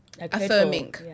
affirming